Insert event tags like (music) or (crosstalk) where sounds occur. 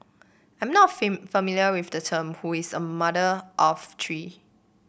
I'm not (unintelligible) familiar with the term who is a mother of three